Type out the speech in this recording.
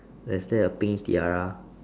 there's there a pink their